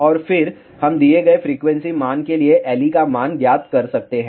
और फिर हम दिए गए फ्रीक्वेंसी मान के लिए Le का मान ज्ञात कर सकते हैं